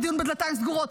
לדיון בדלתיים סגורות.